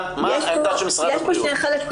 מה העמדה של משרד הבריאות?